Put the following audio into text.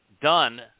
done